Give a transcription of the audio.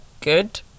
good